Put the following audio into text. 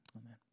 Amen